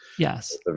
Yes